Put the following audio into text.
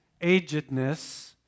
agedness